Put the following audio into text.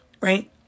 right